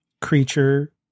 creature